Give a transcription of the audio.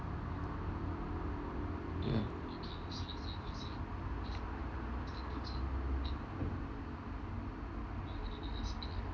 ya